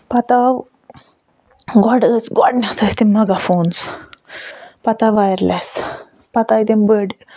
پَتہٕ آو گۄڈٕ آو گۄڈٕنٮ۪تھ ٲسۍ تِم مٮ۪گا فونٔز پَتہٕ آو وایَر لٮ۪س پَتہٕ آیہِ تِم بٔڑۍ